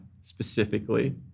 specifically